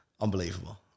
Unbelievable